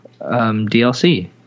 DLC